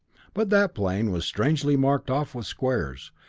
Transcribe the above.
but that plain was strangely marked off with squares,